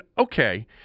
okay